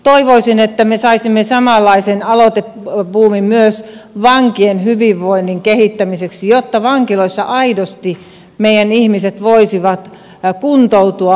toivoisin että me saisimme samanlaisen aloitebuumin myös vankien hyvinvoinnin kehittämiseksi jotta vankiloissa ihmiset voisivat aidosti kuntoutua